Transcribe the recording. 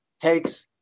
takes